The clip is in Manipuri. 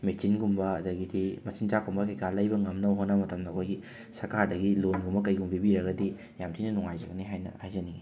ꯃꯦꯆꯤꯟꯒꯨꯝꯕ ꯑꯗꯒꯤꯗꯤ ꯃꯆꯤꯟꯖꯥꯛꯀꯨꯝꯕ ꯀꯩ ꯀꯥ ꯂꯩꯕ ꯉꯝꯅꯕ ꯍꯣꯠꯅꯕ ꯃꯇꯝꯗ ꯑꯩꯈꯣꯏꯒꯤ ꯁꯔꯀꯥꯔꯗꯒꯤ ꯂꯣꯟꯒꯨꯝꯕ ꯀꯩꯒꯨꯝꯕ ꯄꯤꯕꯤꯔꯒꯗꯤ ꯌꯥꯝꯅ ꯊꯤꯅ ꯅꯨꯡꯉꯥꯏꯖꯒꯅꯤ ꯍꯥꯏꯅ ꯍꯥꯏꯖꯅꯤꯡꯏ